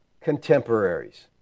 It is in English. contemporaries